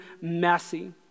messy